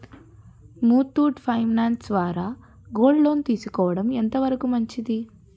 Muthoot finance ద్వారా gold loan తీసుకోవడం ఎంత వరకు మంచిది?